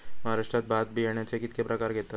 महाराष्ट्रात भात बियाण्याचे कीतके प्रकार घेतत?